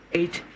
eight